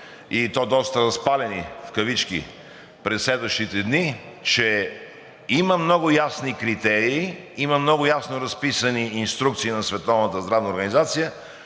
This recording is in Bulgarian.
и то доста разпалени в кавички през следващите дни, че има много ясни критерии, има много ясно разписани инструкции на